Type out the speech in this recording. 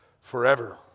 forever